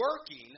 working